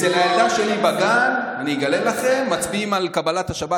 אצל הילדה שלי בגן מצביעים על קבלת השבת,